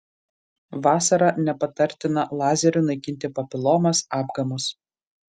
vasarą nepatartina lazeriu naikinti papilomas apgamus